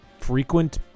frequent